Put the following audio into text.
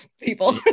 people